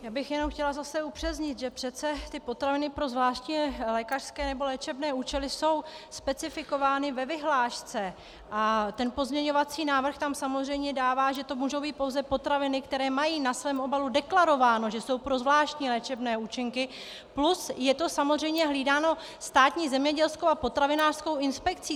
Já bych jenom chtěla zase upřesnit, že přece potraviny pro zvláštní lékařské nebo léčebné účely jsou specifikovány ve vyhlášce a ten pozměňovací návrh tam samozřejmě dává, že to můžou být pouze potraviny, které mají na svém obalu deklarováno, že jsou pro zvláštní léčebné účely, plus je to samozřejmě hlídáno Státní zemědělskou a potravinářskou inspekcí.